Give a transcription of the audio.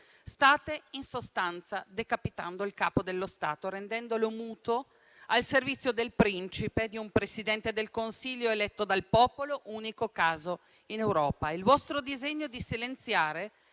State, in sostanza, decapitando il Capo dello Stato, rendendolo muto, al servizio del principe, di un Presidente del Consiglio eletto dal popolo, unico caso in Europa. Il vostro disegno di silenziare